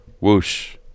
Whoosh